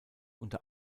unter